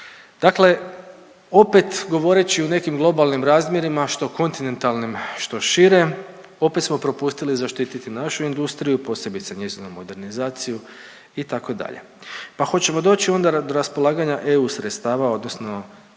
Dakle, opet govoreći u nekim globalnim razmjerima što kontinentalnim, što šire opet smo propustili zaštititi našu industriju, posebice njezinu modernizaciju itd. Pa hoćemo doći onda do raspolaganja EU sredstava, odnosno